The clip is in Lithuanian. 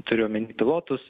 turiu omeny pilotus